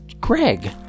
greg